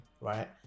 right